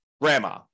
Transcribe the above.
grandma